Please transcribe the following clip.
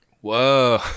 Whoa